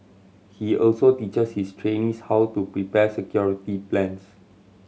he also teaches his trainees how to prepare security plans